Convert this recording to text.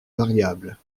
variables